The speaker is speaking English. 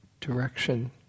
direction